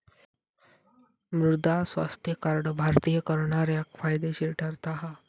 मृदा स्वास्थ्य कार्ड भारतीय करणाऱ्याक फायदेशीर ठरता हा